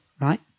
right